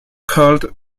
called